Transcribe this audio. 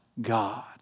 God